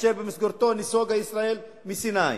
אשר במסגרתו נסוגה ישראל מסיני,